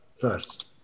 first